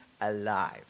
alive